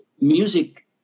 music